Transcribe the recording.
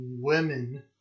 women –